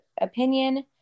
opinion